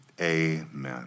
Amen